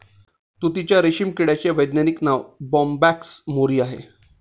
तुतीच्या रेशीम किड्याचे वैज्ञानिक नाव बोंबॅक्स मोरी आहे